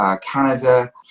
Canada